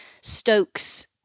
Stokes